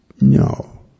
No